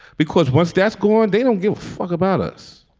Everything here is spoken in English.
because once that's gone, they don't give a fuck about us.